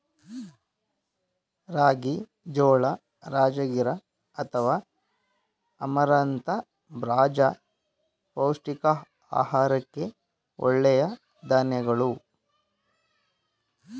ರಾಗಿ, ಜೋಳ, ರಾಜಗಿರಾ ಅಥವಾ ಅಮರಂಥ ಬಾಜ್ರ ಪೌಷ್ಟಿಕ ಆರೋಗ್ಯಕ್ಕೆ ಒಳ್ಳೆಯ ಧಾನ್ಯಗಳು